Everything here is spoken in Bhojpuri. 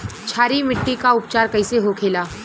क्षारीय मिट्टी का उपचार कैसे होखे ला?